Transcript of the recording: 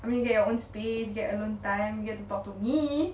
I mean get your own space get your own time get to talk to me